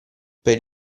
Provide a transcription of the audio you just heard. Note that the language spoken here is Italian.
per